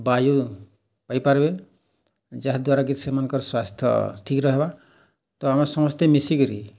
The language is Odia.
ବାୟୁ ପାଇପାରିବେ ଯାହାଦ୍ୱାରା କି ସେମାନଙ୍କର ସ୍ୱାସ୍ଥ୍ୟ ଠିକ୍ ରହେବା ତ ଆମେ ସମସ୍ତେ ମିଶିକିରି